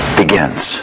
begins